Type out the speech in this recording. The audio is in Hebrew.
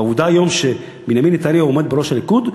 והעובדה היום שבנימין נתניהו עומד בראש הליכוד,